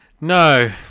No